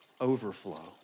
overflow